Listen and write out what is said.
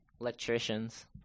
electricians